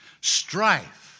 strife